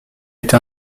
été